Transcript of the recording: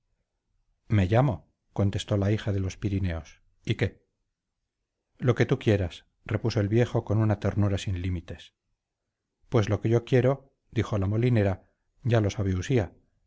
me llamo contestó la hija de los pirineos y qué lo que tú quieras repuso el viejo con una ternura sin límites pues lo que yo quiero dijo la molinera ya lo sabe usía